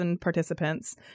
participants